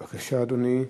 בבקשה, אדוני.